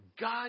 God